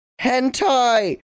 hentai